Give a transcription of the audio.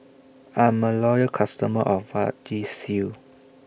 I'm A Loyal customer of Vagisil